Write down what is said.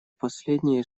последние